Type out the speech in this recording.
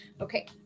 Okay